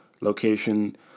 location